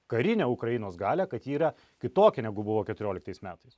karinę ukrainos galią kad ji yra kitokia negu buvo keturioliktais metais